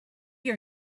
your